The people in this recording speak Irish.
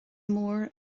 mór